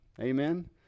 Amen